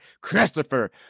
christopher